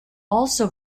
also